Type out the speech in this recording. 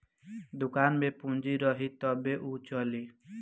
दुकान में पूंजी रही तबे उ चली